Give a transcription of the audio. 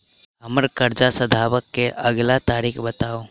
हम्मर कर्जा सधाबई केँ अगिला तारीख बताऊ?